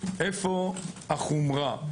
איפה החומרה?